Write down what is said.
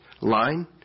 line